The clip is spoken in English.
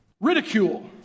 ridicule